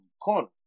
corner